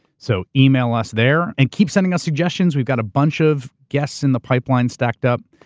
so email us there. and keep sending us suggestions, we've got a bunch of guests in the pipeline stacked up.